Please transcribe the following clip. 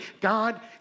God